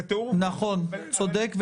נכון, צודק.